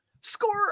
score